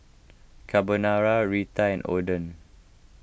Carbonara Raita and Oden